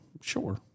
Sure